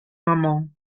maman